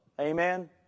Amen